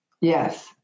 yes